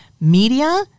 media